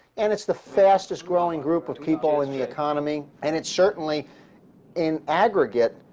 and it's the fastest growing group of people in the economy. and it's certainly in aggregate,